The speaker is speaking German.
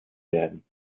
werden